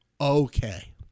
Okay